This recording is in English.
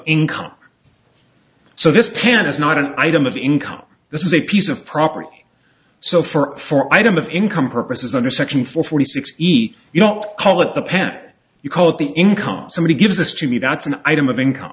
in comp so this plan is not an item of income this is a piece of property so for for item of income purposes under section forty sixty you don't call it the pet you call it the income somebody gives this to me that's an item of income